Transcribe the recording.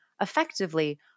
effectively